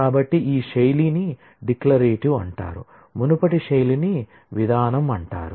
కాబట్టి ఈ శైలిని డిక్లరేటివ్ అంటారు మునుపటి శైలిని విధానం అంటారు